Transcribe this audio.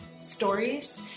stories